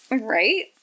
Right